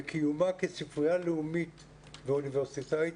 בקיומה כספרייה לאומית ואוניברסיטאית,